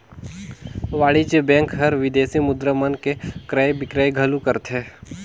वाणिज्य बेंक हर विदेसी मुद्रा मन के क्रय बिक्रय घलो करथे